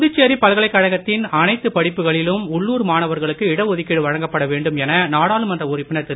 புதுச்சேரி பல்கலைக் கழகத்தின் அனைத்து படிப்புகளிலும் உள்ளுர் மாணவர்களுக்கு இடஒதுக்கீடு வழங்கப்பட வேண்டும் என நாடாளுமன்ற திரு